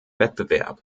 wettbewerb